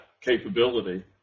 capability